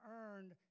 earned